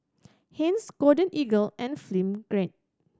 Heinz Golden Eagle and Film Grade